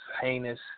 heinous